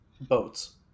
boats